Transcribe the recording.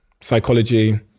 psychology